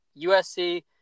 USC